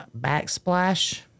backsplash